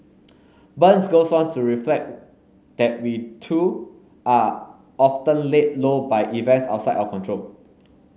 burns goes on to reflect that we too are often laid low by events outside our control